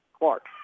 Clark